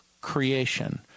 creation